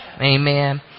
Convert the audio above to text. Amen